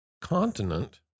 continent